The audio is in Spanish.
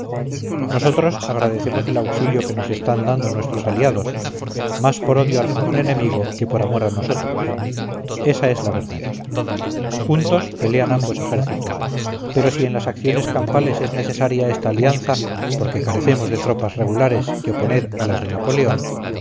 nosotros agradecemos el auxilio que nos están dando nuestros aliados más por odio al común enemigo que por amor a nosotros esa es la verdad juntos pelean ambos ejércitos pero si en las acciones campales es necesaria esta alianza porque carecemos de tropas regulares que oponer a las de napoleón